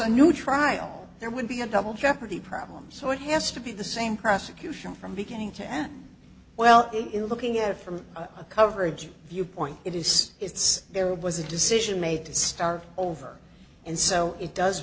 a new trial there would be a double jeopardy problem so it has to be the same prosecution from beginning to end well in looking at it from a coverage viewpoint it is it's there was a decision made starr over and so it does